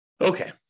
Okay